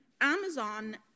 Amazon